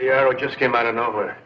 yeah it just came out of nowhere